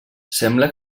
sembla